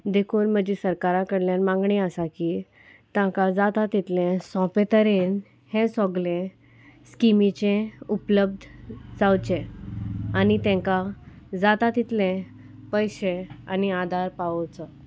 देकून म्हजी सरकारा कडल्यान मागणी आसा की तांकां जाता तितलें सोंपें तरेन हें सोगलें स्किमीचें उपलब्ध जावचें आनी तेंकां जाता तितलें पयशे आनी आदार पावोवचो